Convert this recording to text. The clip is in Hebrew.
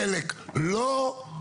חלק לא,